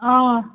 آ